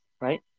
right